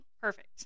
perfect